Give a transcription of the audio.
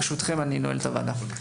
ברשותכם, אני נועל את ישיבת הוועדה.